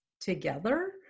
together